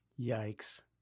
Yikes